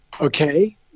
okay